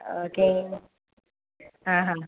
okay ആ ഹാ